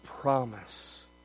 promise